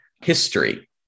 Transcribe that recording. history